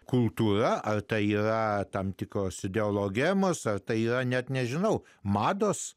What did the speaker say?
kultūra ar tai yra tam tikros ideologemos ar tai net nežinau mados